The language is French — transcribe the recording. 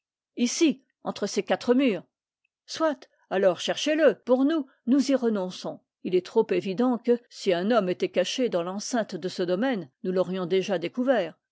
ici entre ces quatre murs soit alors cherchez le pour nous nous y renonçons il est trop évident que si un homme était caché dans l'enceinte de ce domaine nous l'aurions déjà découvert